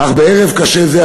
אך בערב קשה זה,